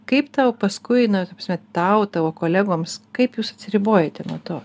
kaip tau paskui nu ta prasme tau tavo kolegoms kaip jūs atsiribojate nuo to